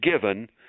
given